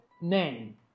name